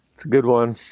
it's a good one.